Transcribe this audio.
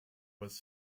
was